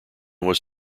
was